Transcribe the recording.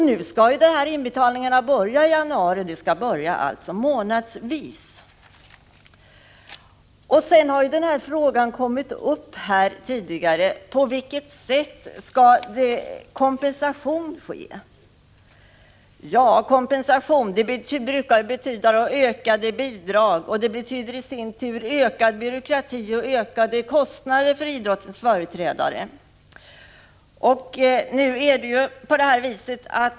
Nu skall inbetalningarna börja i januari, och man betalar alltså månadsvis. Frågan på vilket sätt kompensationen skall ske har varit uppe tidigare. Kompensation brukar betyda ökat bidrag. Det betyder i sin tur ökad byråkrati och ökade kostnader för idrottens företrädare.